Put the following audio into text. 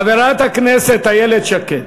חברת הכנסת איילת שקד,